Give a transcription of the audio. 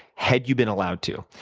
had you been allowed to.